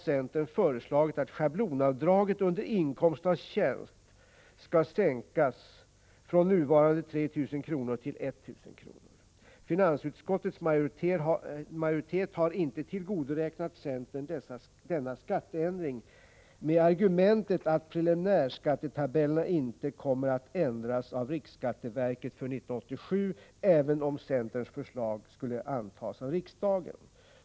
Centern har föreslagit att schablonavdraget under inkomst av tjänst skall sänkas från nuvarande 3 000 kr. till 1 000 kr. Finansutskottets majoritet har inte tillgodoräknat centern denna skatteändring, med argumentet att preliminärskattetabellerna inte kommer att ändras av riksskatteverket för 1987, även om centerns förslag skulle antas av riksdagen.